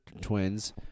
twins